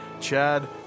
Chad